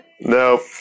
Nope